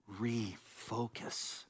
refocus